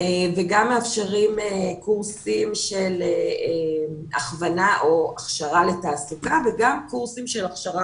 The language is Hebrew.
שגם מאפשרים קורסים של הכוונה או הכשרה לתעסוקה וגם קורסים של הכשרה